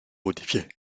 modifiées